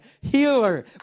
healer